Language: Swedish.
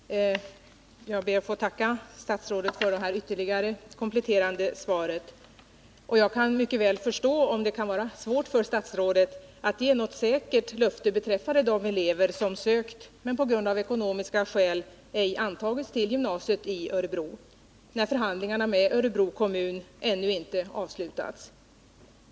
Herr talman! Jag ber att få tacka statsrådet för det kompletterande svaret. Jag kan mycket väl förstå att det kan vara säkert löfte beträffande de elever som sökt men av ekonomiska skäl ej antagits till gymnasiet i Örebro, eftersom förhandlingarna med Örebro kommun ännu inte avslutats.